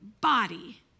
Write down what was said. body